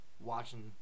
watching